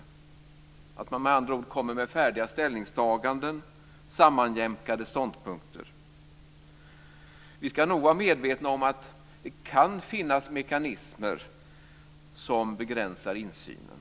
Kommer man med andra ord med färdiga ställningstaganden och sammanjämkade ståndpunkter? Vi ska nog vara medvetna om att det kan finnas mekanismer som begränsar insynen.